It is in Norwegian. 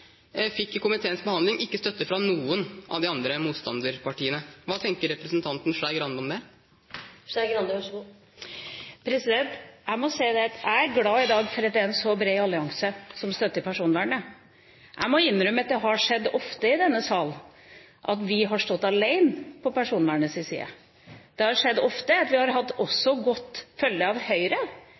fikk ved komiteens behandling ikke støtte fra noen av de andre motstanderpartiene. Hva tenker representanten Skei Grande om det? Jeg må si at jeg er glad i dag for at det er en så bred allianse som støtter personvernet. Jeg må innrømme at det har skjedd ofte i denne sal at vi har stått alene på personvernets side. Det har skjedd ofte at vi også har hatt godt følge av Høyre